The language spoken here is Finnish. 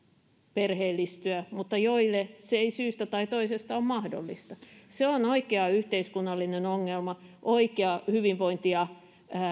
perheellistyä mutta joille se ei syystä tai toisesta ole mahdollista se on oikea yhteiskunnallinen ongelma oikea hyvinvointia